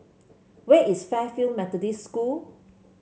where is Fairfield Methodist School